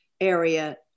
area